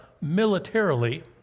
militarily